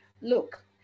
look